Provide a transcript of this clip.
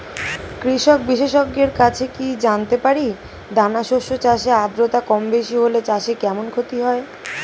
কৃষক বিশেষজ্ঞের কাছে কি জানতে পারি দানা শস্য চাষে আদ্রতা কমবেশি হলে চাষে কেমন ক্ষতি হয়?